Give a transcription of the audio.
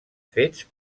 fets